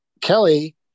Kelly